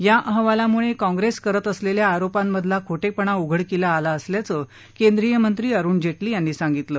या अहवालामुळे काँग्रेस करत असलेल्या आरोपांमधला खोटेपणा उघडकीला आला असल्याचं केंद्रीय मंत्री अरुण जेटली यांनी सांगितलं